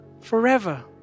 forever